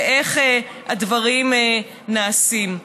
ואיך הדברים נעשים.